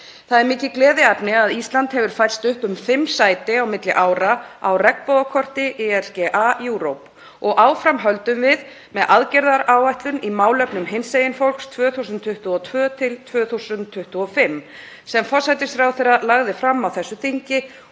Það er mikið gleðiefni að Ísland hefur færst upp um fimm sæti á milli ára á regnbogakorti ILGA-Europe og áfram höldum við með aðgerðaáætlun í málefnum hinsegin fólks 2022–2025 sem forsætisráðherra lagði fram á þessu þingi